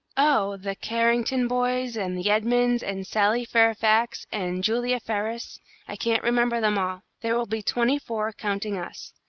oh, the carrington boys, and the edmunds, and sally fairfax, and julia ferris i can't remember them all. there will be twenty-four, counting us.